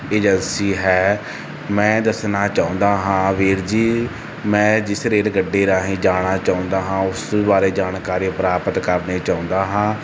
agency ਹੈ ਮੈਂ ਦੱਸਣਾ ਚਾਹੁੰਦਾ ਹਾਂ ਵੀਰ ਜੀ ਮੈਂ ਜਿਸ ਰੇਟ ਗੱਡੀ ਰਾਹੀਂ ਜਾਣਾ ਚਾਹੁੰਦਾ ਹਾਂ ਉਸ ਬਾਰੇ ਜਾਣਕਾਰੀ ਪ੍ਰਾਪਤ ਕਰਨੀ ਚਾਹੁੰਦਾ ਹਾਂ